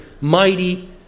Mighty